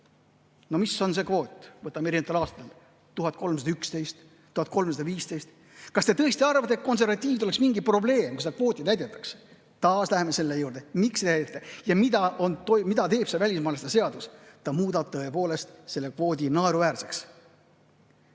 No mis on see kvoot? Vaatame seda erinevatel aastatel: 1311, 1315. Kas te tõesti arvate, et konservatiividel oleks mingi probleem, kui seda kvooti täidetaks? Taas läheme selle juurde, miks ei täideta. Ja mida teeb see välismaalaste seadus? Ta muudab tõepoolest selle kvoodi naeruväärseks.